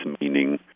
meaning